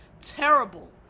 terrible